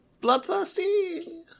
bloodthirsty